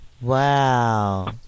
Wow